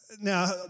Now